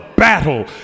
Battle